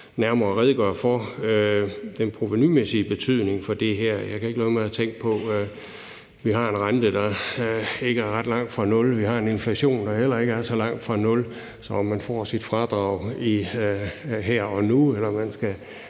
nærmere for den provenumæssige betydning for det her. Jeg kan ikke lade være med at tænke på, at vi har en rente, der ikke er ret langt fra nul, og vi har en inflation, der heller ikke er så langt fra nul, så om man får sit fradrag her og nu eller man skal